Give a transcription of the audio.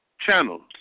channels